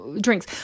drinks